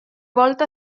volta